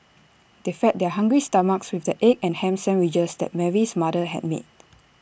they fed their hungry stomachs with the egg and Ham Sandwiches that Mary's mother had made